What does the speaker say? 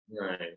Right